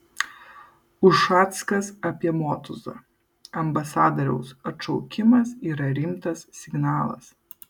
ušackas apie motuzą ambasadoriaus atšaukimas yra rimtas signalas